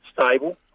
Stable